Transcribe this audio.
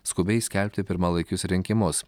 skubiai skelbti pirmalaikius rinkimus